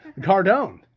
Cardone